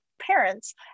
parents